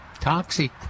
Toxic